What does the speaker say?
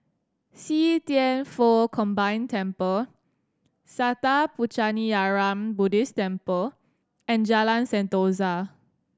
See Thian Foh Combined Temple Sattha Puchaniyaram Buddhist Temple and Jalan Sentosa